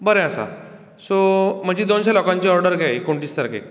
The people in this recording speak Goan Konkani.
बरें आसा सो म्हजी दोनशें लोकांची ऑर्डर घे एकोणतीस तारकेर